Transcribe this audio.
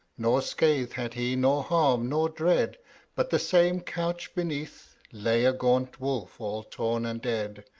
nor scathe had he, nor harm, nor dread but the same couch beneath, lay a gaunt wolf all torn and dead,